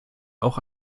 auch